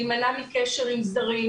להימנע מקשר עם זרים,